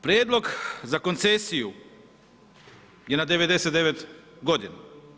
Prijedlog za koncesiju je na 99 godina.